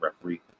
referee